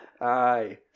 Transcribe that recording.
Aye